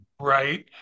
right